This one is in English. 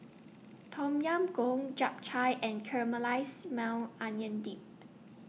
Tom Yam Goong Japchae and Caramelized Maui Onion Dip